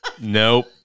Nope